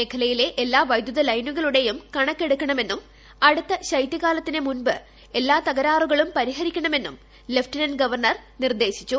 മേഖലയിലെ എല്ലാ വൈദ്യുത ലൈനുകളുടെയും കണക്കെടുക്കണമെന്നും അടുത്ത ശൈത്യകാലത്തിന് തകരാറുകളും പരിഹരിക്കണമെന്നും ലഫ്റ്റനന്റ് ഗവർണർ നിർദ്ദേശിച്ചു